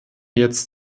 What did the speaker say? jetzt